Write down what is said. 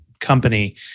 company